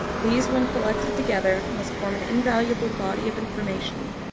these when collected together must form an invaluable body of information,